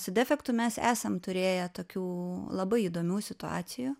su defektu mes esam turėję tokių labai įdomių situacijų